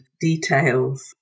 details